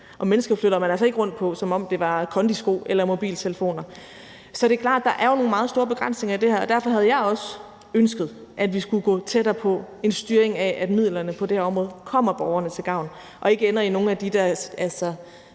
og mennesker flytter man altså ikke rundt på, som om det var kondisko eller mobiltelefoner. Så det er jo klart, at der er nogle meget store begrænsninger i det her, og derfor havde jeg også ønsket, at vi skulle gå tættere på en styring af, at midlerne på det her område kommer borgerne til gavn, og ikke ender i nogle af de der